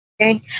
Okay